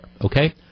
okay